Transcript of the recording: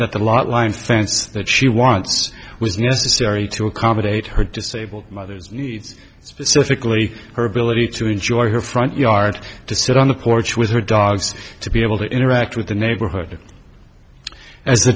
things that she wants was necessary to accommodate her disabled mother's needs specifically her ability to enjoy her front yard to sit on the porch with her dogs to be able to interact with the neighborhood as the